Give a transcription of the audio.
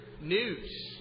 news